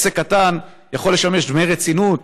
עסק קטן יכול לשלם דמי רצינות,